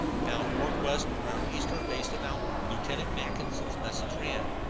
bound northwest around eastern base of mountain, lieutenant mackinson's message ran.